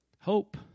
Hope